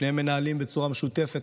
שניהם מנהלים בצורה משותפת,